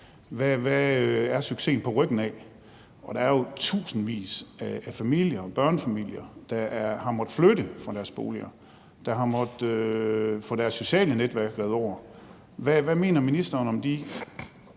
Hvad er succesen på ryggen af det? Der er jo tusindvis af familier, børnefamilier, der har måttet flytte fra deres boliger, og som har fået deres sociale netværk revet over. Hvad mener ministeren om de